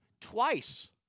twice